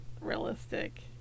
realistic